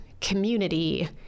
community